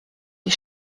die